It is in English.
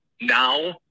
now